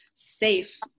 safe